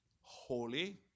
holy